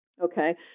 okay